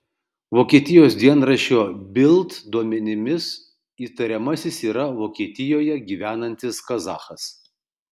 vokietijos dienraščio bild duomenimis įtariamasis yra vokietijoje gyvenantis kazachas